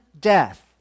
death